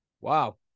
Wow